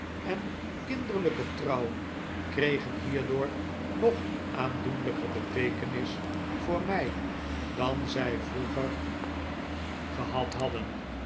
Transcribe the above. en kinderlijke trouw kregen hierdoor nog aandoenlijker beteekenis voor mij dan zij vroeger gehad hadden